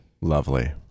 Lovely